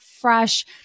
fresh